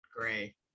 Gray